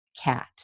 cat